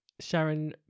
sharon